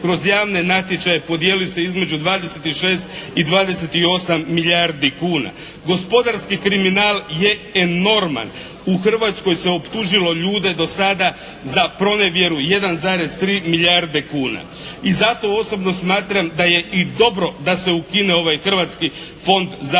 kroz javne natječaje podijeli se između 26 i 28 milijardi kuna. Gospodarski kriminal je enorman. U Hrvatskoj se optužilo ljude do sada za pronevjeru 1,3 milijarde kuna. I zato osobno smatram da je i dobro da se ukine ovaj Hrvatski fond za